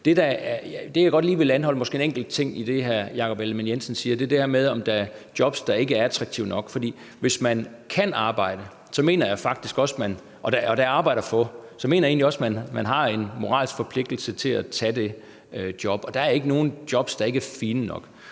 godt lige anholde en enkelt ting i det, hr. Jakob Ellemann-Jensen siger her, og det er det her med, hvis der er jobs, der ikke er attraktive nok. For hvis man kan arbejde, og der er arbejde at få, så mener jeg faktisk også, at man har en moralsk forpligtelse til at tage det job. Og der er ikke nogen jobs, der ikke er fine nok.